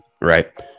right